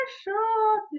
sure